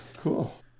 Cool